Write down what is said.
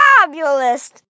Fabulous